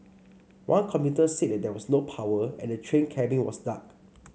one commuter said there was no power and the train cabin was dark